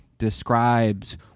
describes